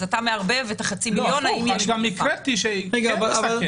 אז אתה מערבב את החצי מיליון עם השאלה אם יש מגיפה.